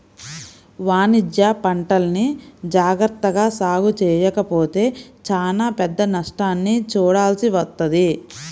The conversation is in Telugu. వాణిజ్యపంటల్ని జాగర్తగా సాగు చెయ్యకపోతే చానా పెద్ద నష్టాన్ని చూడాల్సి వత్తది